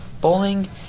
Bowling